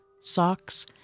socks